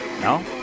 No